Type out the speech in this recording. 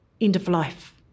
end-of-life